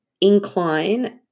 incline